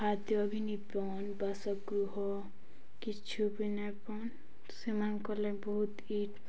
ଖାଦ୍ୟ ବାସଗୃହ କିଛୁ ବିନାଇ ପଅନ୍ ସେମାନ କଲେ ବହୁତ ଇଟ